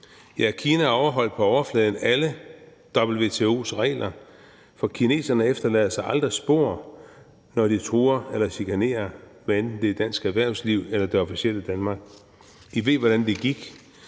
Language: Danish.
Kina overholdt på overfladen alle WTO's regler, for kineserne efterlader sig aldrig spor, når de truer eller chikanerer, hvad enten det er dansk erhvervsliv eller det officielle Danmark. De ved, hvordan det gik.